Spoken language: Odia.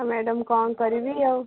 ଆଉ ମ୍ୟାଡ଼ାମ କ'ଣ କରିବି ଆଉ